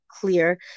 clear